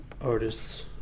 artists